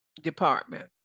department